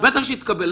----- בטח שהיא תקבל.